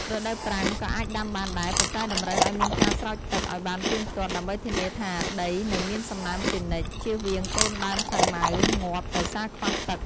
រដូវប្រាំង ក៏អាចដាំបានដែរ ប៉ុន្តែតម្រូវឲ្យមានការស្រោចទឹកឲ្យបានទៀងទាត់ដើម្បីធានាថាដីនៅមានសំណើមជានិច្ច ជៀសវាងកូនដើមសាវម៉ាវងាប់ដោយសារខ្វះទឹក។